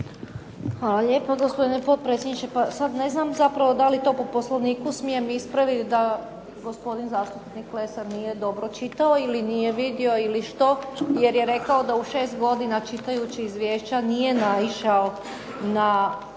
Hvala lijepo, gospodine potpredsjedniče. Pa sad ne znam zapravo da li to po Poslovniku smijem ispravit da gospodin zastupnik Lesar nije dobro čitao ili nije vidio ili što jer je rekao da u šest godina čitajući izvješća nije naišao na